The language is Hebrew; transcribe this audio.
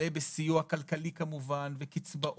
כלה בסיוע כלכלי וקצבאות,